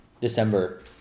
December